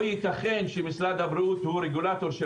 לא ייתכן שמשרד הבריאות הוא הרגולטור של